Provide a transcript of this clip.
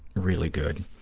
really good.